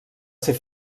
ser